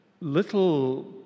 little